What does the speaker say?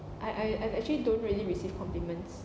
I I I actually don't really receive compliments